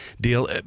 deal